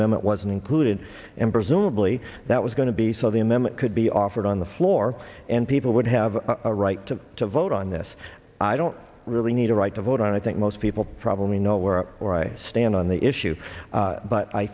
amendment was included and presumably that was going to be so the m m it could be offered on the floor and people would have a right to to vote on this i don't really need a right to vote on i think most people probably know where i stand on the issue but i